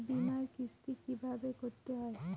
বিমার কিস্তি কিভাবে করতে হয়?